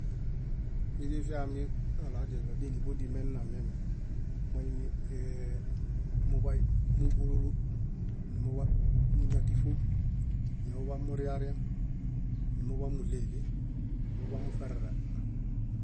Miźifiami kaɭo adiɭo déliḃodii menamieme, moimi ee-, muḃay múhululu, númuḃamuñatiṗu, numuḃamuriariã, númuḃamuɭeɭe, muḃamuṗerere.